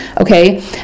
okay